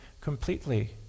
completely